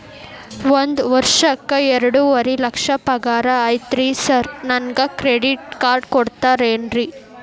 ಒಂದ್ ವರ್ಷಕ್ಕ ಎರಡುವರಿ ಲಕ್ಷ ಪಗಾರ ಐತ್ರಿ ಸಾರ್ ನನ್ಗ ಕ್ರೆಡಿಟ್ ಕಾರ್ಡ್ ಕೊಡ್ತೇರೆನ್ರಿ?